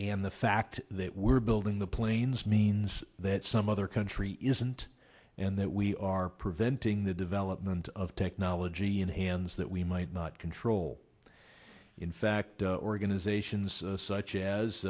and the fact that we're building the planes means that some other country isn't and that we are preventing the development of technology in hands that we might not control in fact organizations such as